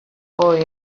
boy